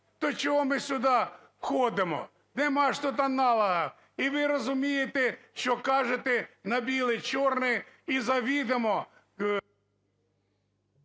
То чого ми сюди ходимо? Нема ж тут аналога. І ви розумієте, що кажете на біле чорне і завідома…